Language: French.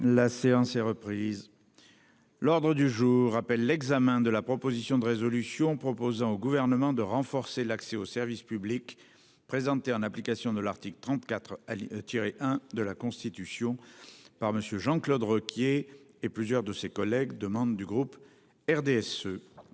La séance est reprise. L'ordre du jour appelle l'examen de la proposition de résolution proposant au gouvernement de renforcer l'accès au service public. Présenté en application de l'article 34 à tirer 1 de la Constitution par monsieur Jean-Claude Requier et plusieurs de ses collègues demande du groupe RDSE.